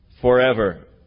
forever